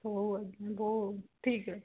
ହଉ ଆଜ୍ଞା ହଉ ଠିକ୍ ଅଛି